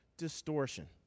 distortion